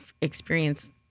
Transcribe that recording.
experience